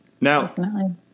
now